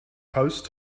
post